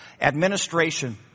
Administration